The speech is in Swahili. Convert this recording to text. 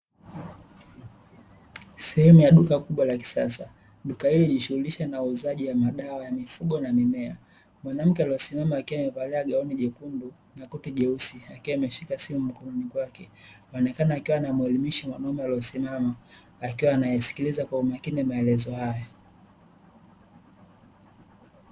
Sehemu la duka kubwa la kisasa. Duka hili hujishuhulisha na uuzaji wa madawa ya mifugo na mimea. Mwanamke aliye simama akiwa amevalia gauni jekundu na koti jeusi na kushika simu mkononi kwake, akiwa anaonekana akimuelimisha mwanaume aliye simama akiwa anasikiliza kwa umakini maelezo hayo.